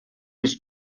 his